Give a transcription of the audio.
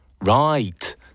Right